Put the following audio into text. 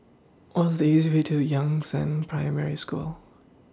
What's The easiest Way to Yangzheng Primary School